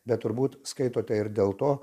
bet turbūt skaitote ir dėl to